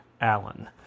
Allen